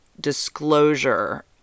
disclosure